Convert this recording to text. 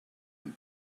you